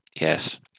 yes